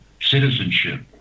citizenship